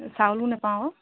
চাউলো নাপাওঁ আকৌ